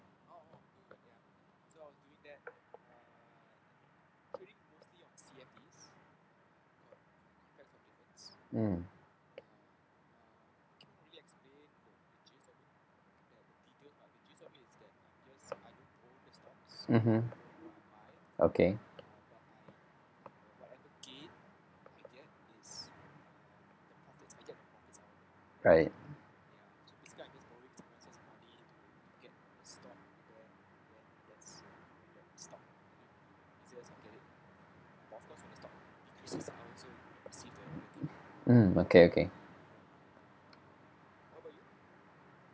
mm mmhmm okay right mm okay okay